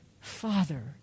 Father